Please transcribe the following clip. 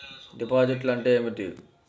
డిపాజిట్లు అంటే ఏమిటి?